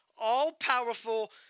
all-powerful